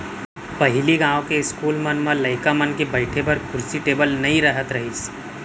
पहिली गॉंव के इस्कूल मन म लइका मन के बइठे बर कुरसी टेबिल नइ रहत रहिस